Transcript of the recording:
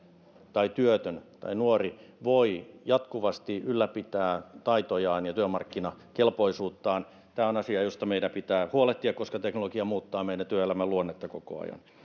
tai työtön tai nuori voi jatkuvasti ylläpitää taitojaan ja työmarkkinakelpoisuuttaan tämä on asia josta meidän pitää huolehtia koska teknologia muuttaa meidän työelämän luonnetta koko ajan